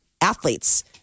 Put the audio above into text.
athletes